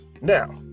now